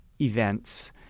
events